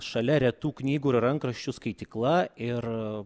šalia retų knygų ir rankraščių skaitykla ir